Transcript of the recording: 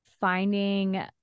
finding